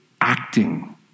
acting